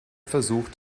versucht